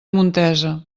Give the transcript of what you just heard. montesa